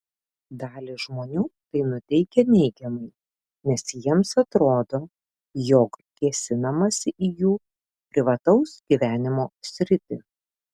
dalį žmonių tai nuteikia neigiamai nes jiems atrodo jog kėsinamasi į jų privataus gyvenimo sritį